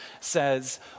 says